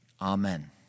Amen